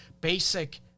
Basic